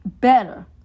better